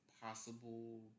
possible